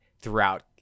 throughout